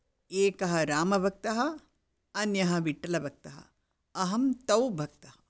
एकः रामवक्तः अन्यः विठ्ठलभक्तः अहं तौ भक्तः